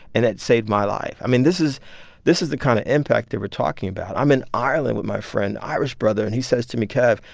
and that saved my life. i mean, this is this is the kind of impact that we're talking about. i'm in ireland with my friend, an irish brother, and he says to me, kev,